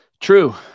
True